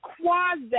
Quasi